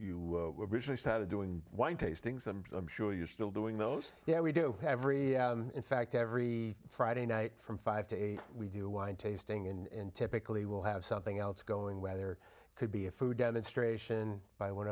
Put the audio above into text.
you were originally started doing wine tastings and i'm sure you're still doing those yeah we do every in fact every friday night from five to eight we do wine tasting and typically will have something else going where there could be a food demonstration by one